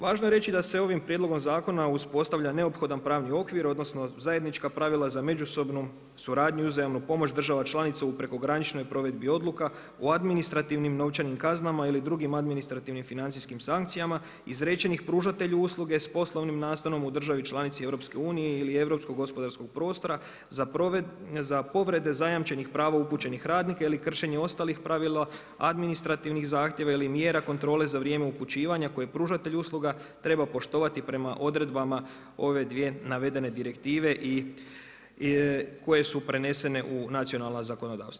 Važno je reći da se ovim prijedlogom zakona uspostavlja neophodan pravni okvir, odnosno, zajednička pravila za međusobnu suradnju i uzajamnu pomoć država članica u prekograničnoj provedbi odluka, u administrativnim novčanim kazanima ili drugim administrativnih financijskih sankcijama, izrečenih pružatelju usluge s poslovnim nastanom u državi članici EU, ili Europskog gospodarskog prostora za povrede zajamčenih prava upućenih radnika ili kršenje ostalih pravila, administrativnih zahtjeva ili mjera kontrole za vrijeme upućivanja koje pružatelj usluga treba poštovati prema odredbama ove dvije navedene direktive i koje su prenesene u nacionalna zakonodavstva.